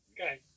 Okay